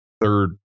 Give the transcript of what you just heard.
third